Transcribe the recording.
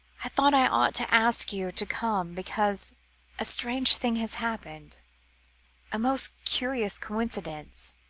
i thought i ought to ask you to come, because a strange thing has happened a most curious coincidence.